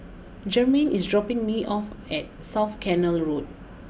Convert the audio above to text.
Jermain is dropping me off at South Canal Road